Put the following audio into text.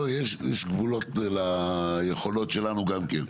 לא, יש גבולות ליכולות שלנו גם כן.